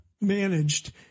managed